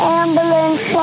ambulance